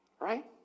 right